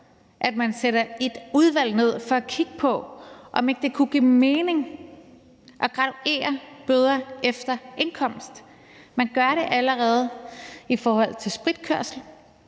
at man nedsætter et udvalg for at kigge på, om ikke det kunne give mening at graduere bøder efter indkomst. Man gør det allerede i forhold til spritkørsel,